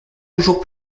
toujours